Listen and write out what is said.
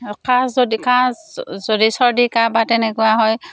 আৰু কাহ যদি কাহ যদি চৰ্দি কাহ বা তেনেকুৱা হয়